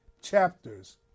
chapters